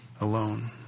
alone